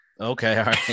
okay